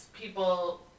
people